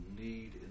need